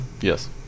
Yes